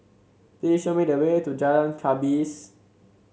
please show me the way to Jalan Gapis